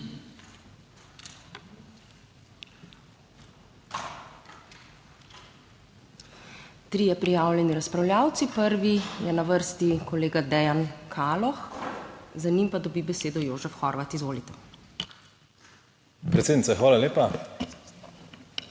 Trije prijavljeni razpravljavci. Prvi je na vrsti kolega Dejan Kaloh, za njim pa dobi besedo Jožef Horvat. Izvolite. MAG. DEJAN KALOH